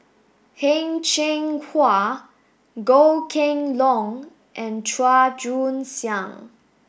Heng Cheng Hwa Goh Kheng Long and Chua Joon Siang